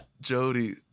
Jody